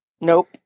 Nope